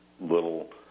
little